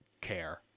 care